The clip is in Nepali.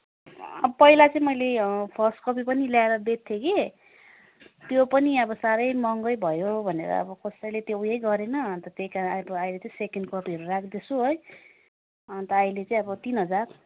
पहिला चाहिँ मैले फर्स्ट कपी पनि ल्याएर बेच्थेँ कि त्यो पनि अब साह्रै महँगै भयो भनेर अब कसैले त्यो ऊ यो नै गरेन अन्त त्यहीँ कारण अब अहिले सेकेन्ड कपीहरू राख्दैछु अब अहिले चाहिँ अब तिन हजार